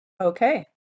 Okay